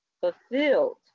fulfilled